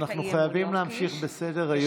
אנחנו חייבים להמשיך בסדר-היום.